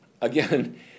Again